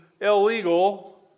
illegal